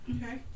Okay